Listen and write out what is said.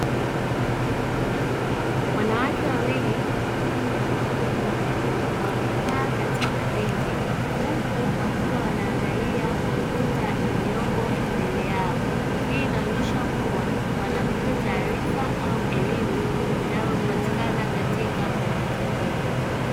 Wanawake wawili pamoja na mwanaume mmoja ,wamekaa katika viti huku wakiwa wanaagalia kompyuta iliyoko mbele yao hii inaonyesha kuwa ,wanapata taarifa au elimu inayopatika katika kompyuta hiyo.